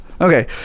okay